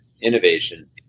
innovation